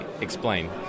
Explain